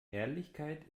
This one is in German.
ehrlichkeit